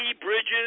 bridges